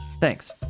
Thanks